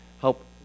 help